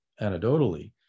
anecdotally